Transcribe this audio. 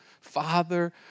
Father